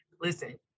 listen